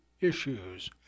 issues